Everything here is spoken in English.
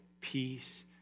peace